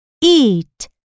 eat